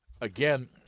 Again